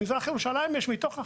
במזרח ירושלים יש מתוך 529,